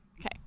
Okay